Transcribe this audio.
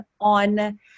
on